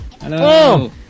Hello